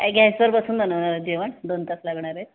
काय गॅसवर बसून बनवणार आहे जेवण दोन तास लागणार आहे